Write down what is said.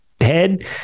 head